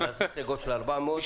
אחד עשה סגול של 400,